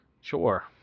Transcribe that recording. sure